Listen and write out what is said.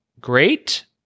great